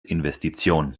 investition